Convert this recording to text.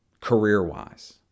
career-wise